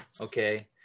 Okay